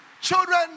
children